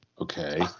Okay